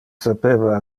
sapeva